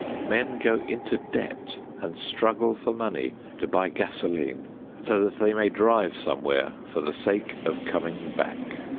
men go into debt and struggle for money to buy gasoline so that they may drive somewhere for the sake of coming back.